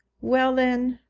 well, then,